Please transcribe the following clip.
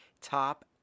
top